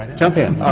in? jump in.